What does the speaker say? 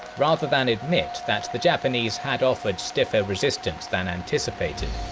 rather than admit that the japanese had offered stiffer resistance than anticipated.